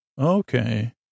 okay